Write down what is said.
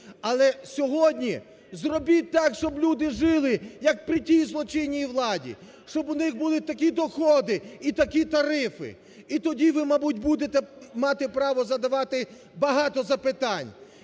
але сьогодні зробіть так, щоб люди жили, як при тій злочинній владі, щоб у них були такі доходи і такі тарифи, і тоді ви, мабуть, будете мати право задавати багато запитань.